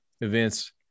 events